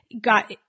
got